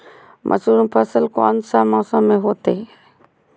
मसूर फसल कौन सा मौसम में होते हैं?